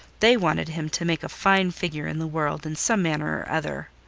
they wanted him to make a fine figure in the world in some manner or other.